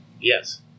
Yes